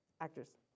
actors